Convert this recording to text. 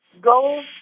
Go